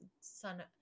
son